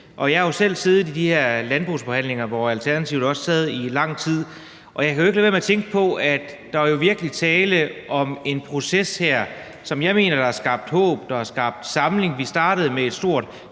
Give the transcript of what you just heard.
Jeg har jo selv siddet i de her landbrugsforhandlinger, hvor Alternativet også sad i lang tid, og jeg kan ikke lade være med at tænke på, at der her virkelig er tale om en proces, som jeg mener har skabt håb og samling. Vi startede med et stort